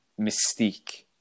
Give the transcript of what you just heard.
mystique